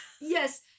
Yes